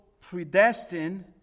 predestined